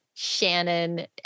Shannon